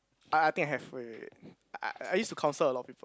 I I think I have wait wait wait I I used to counsel a lot of people